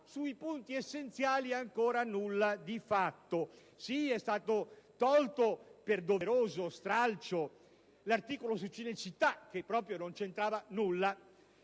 sui punti essenziali ancora non vi è nulla di fatto. Sì, è stato tolto, per doveroso stralcio, l'articolo su Cinecittà, che proprio non c'entrava nulla;